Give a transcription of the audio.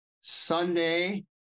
Sunday